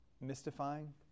mystifying